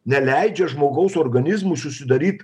neleidžia žmogaus organizmui susidaryt